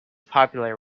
popular